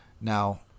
Now